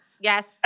Yes